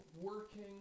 working